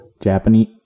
Japanese